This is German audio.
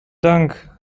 dank